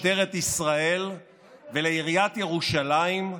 הגיעו שוטרי משטרת ישראל יחד עם מנהל מחלקת הפיקוח של עיריית ירושלים,